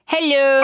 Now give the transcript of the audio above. Hello